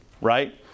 Right